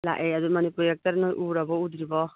ꯂꯥꯛꯑꯦ ꯑꯗꯨ ꯃꯅꯤꯄꯨꯔ ꯑꯦꯛꯇꯔ ꯅꯣꯏ ꯎꯔꯕꯣ ꯎꯗ꯭ꯔꯤꯕꯣ